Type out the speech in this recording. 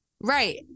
right